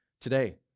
today